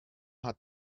hat